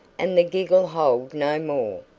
and the gig'll hold no more.